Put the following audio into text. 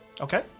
Okay